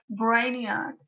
brainiac